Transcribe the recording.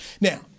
Now